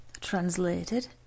Translated